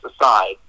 aside